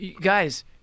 guys